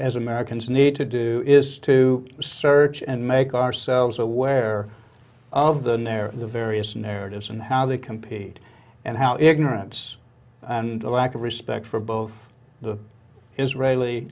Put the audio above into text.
as americans need to do is to search and make ourselves aware of the narrative the various narratives and how they compete and how ignorance and a lack of respect for both the israeli